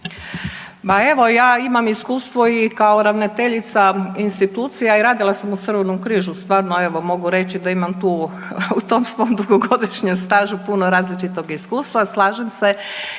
Pa evo, ja imam iskustvo i kao ravnateljica institucija i radila sam u Crvenom križu, stvarno evo, mogu reći da imam tu, u tom svom dugogodišnjem stažu puno različitog iskustva. Slažem se,